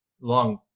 long